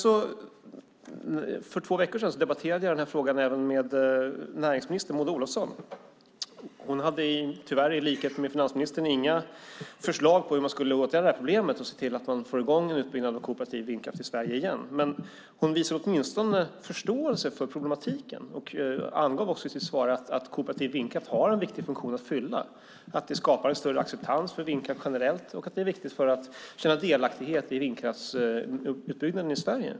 För två veckor sedan debatterade jag denna fråga med näringsminister Maud Olofsson. Hon hade tyvärr i likhet med finansministern inga förslag på hur man skulle åtgärda problemet och få i gång en utbyggnad av kooperativ vindkraft i Sverige igen. Men hon visade åtminstone förståelse för problematiken. Hon sade i sitt svar att kooperativ vindkraft har en viktig funktion att fylla. Den skapar större acceptans för vindkraft generellt, och den är viktig för att känna delaktighet i vindkraftsutbyggnaden i Sverige.